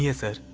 yeah sir.